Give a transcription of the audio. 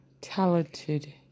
talented